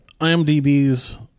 IMDBs